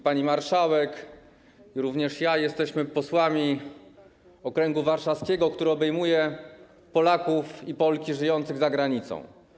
Pani marszałek, jak również ja jesteśmy posłami okręgu warszawskiego, który obejmuje Polaków i Polki żyjących za granicą.